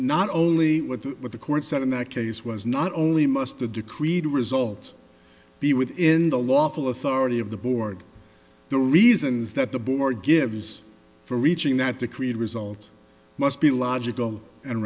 not only with what the court said in that case was not only must the decreed result be within the lawful authority of the board the reasons that the board gives for reaching that decreed result must be logical and